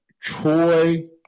Troy